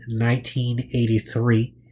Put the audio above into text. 1983